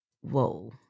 whoa